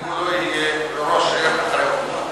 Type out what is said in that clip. כי הוא לא יהיה ראש עיר אחרי אמירה כזאת.